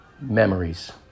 memories